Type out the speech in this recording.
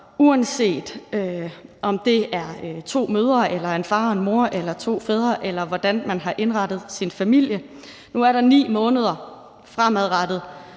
uanset om det er to mødre eller en far og en mor eller to fædre, eller hvordan man har indrettet sig familiemæssigt. Nu er der fremadrettet